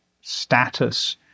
status